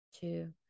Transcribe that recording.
two